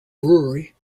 brewery